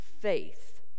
faith